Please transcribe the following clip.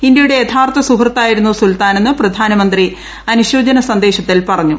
ഇന്ത്യയുടെ യഥാർത്ഥ സുഹൃത്തായിരു്നു സുൽത്താനെന്ന് പ്രധാനമന്ത്രി അനുശോചന സന്ദേശത്തിൽ പറഞ്ഞു